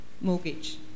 mortgage